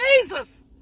Jesus